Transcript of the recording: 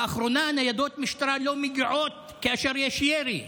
לאחרונה ניידות משטרה לא מגיעות כאשר יש ירי.